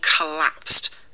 collapsed